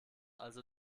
also